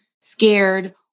scared